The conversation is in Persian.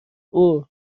اوه